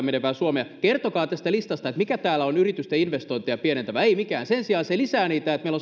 menevää suomea kertokaa tästä listasta että mikä täällä on yritysten investointeja pienentävää ei mikään sen sijaan se lisää niitä niin että meillä